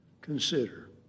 consider